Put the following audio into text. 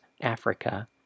Africa